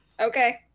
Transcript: Okay